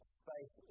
space